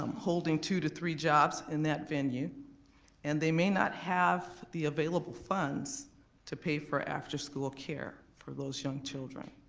um holding two to three jobs in that venue and they may not have the available funds to pay for afterschool care for those young children.